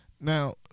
now